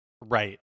Right